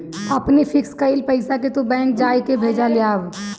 अपनी फिक्स कईल पईसा के तू बैंक जाई के भजा लियावअ